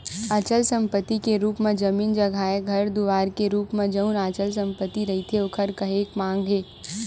अचल संपत्ति के रुप म जमीन जघाए घर दुवार के रुप म जउन अचल संपत्ति रहिथे ओखर काहेक मांग हे